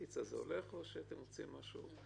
פיצה זה הולך או שאתם רוצים דוגמה אחרת?